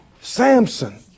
Samson